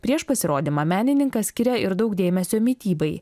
prieš pasirodymą menininkas skiria ir daug dėmesio mitybai